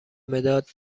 مداد